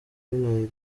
nairobi